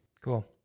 Cool